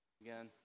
Again